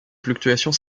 fluctuations